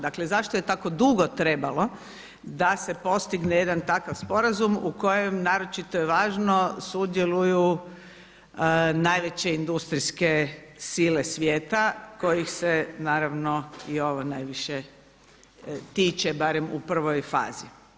Dakle zašto je tako dugo trebalo da se postigne jedan takav sporazum u kojem naročito je važno, sudjeluju najveće industrijske sile svijeta kojih se naravno i ovo najviše tiče barem u prvoj fazi.